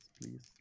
please